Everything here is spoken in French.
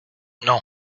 non